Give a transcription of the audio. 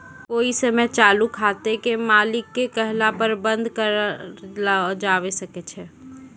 कोइ समय चालू खाते के मालिक के कहला पर बन्द कर लो जावै सकै छै